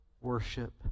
worship